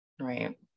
Right